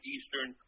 Eastern